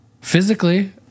Physically